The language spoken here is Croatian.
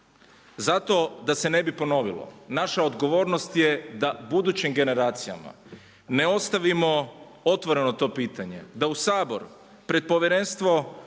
Zato da se ne bi ponovilo, naša odgovornost je da budućim generacijama, ne ostavimo otvoreno to pitanje, da u Sabor pred povjerenstvo